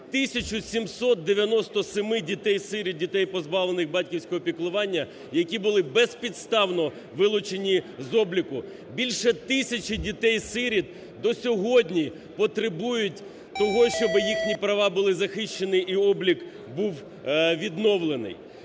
797 дітей-сиріт, дітей, позбавлених батьківського піклування, які були безпідставно вилучені з обліку. Більше тисячі дітей-сиріт до сьогодні потребують того, щоби їхні права були захищені, і облік був відновлений.